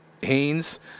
Haynes